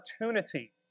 opportunity